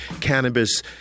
cannabis